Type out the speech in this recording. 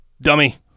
dummy